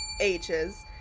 H's